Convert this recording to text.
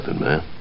man